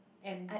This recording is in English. and